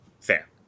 Fair